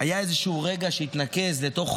היה איזשהו רגע שהתנקז לתוך